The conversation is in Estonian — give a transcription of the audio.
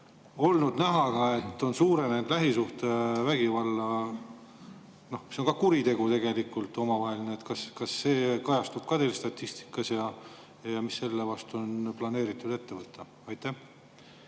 olnud näha ka, et on suurenenud lähisuhtevägivald? See on ka kuritegu tegelikult, omavaheline. Kas see kajastub ka teil statistikas ja mida selle vastu on planeeritud ette võtta? Jah,